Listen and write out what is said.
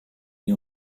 mis